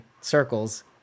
circles